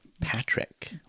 Patrick